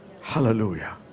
Hallelujah